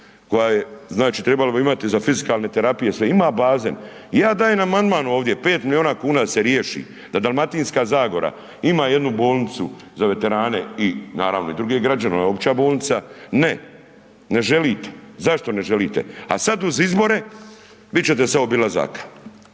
koja trebala bi imati za fizikalne terapije se ima baze. Ja dajem amandman ovdje 5 milijuna kuna da se riješi, da Dalmatinska zagora ima jednu bolnicu, za veterane, i naravno druge građane, opća bolnica, ne ne želite, a zašto ne želite? A sada uz izbore, …/Govornik